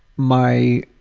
my